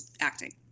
acting